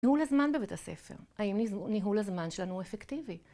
ניהול הזמן בבית הספר. האם ניהול הזמן שלנו אפקטיבי?